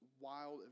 wild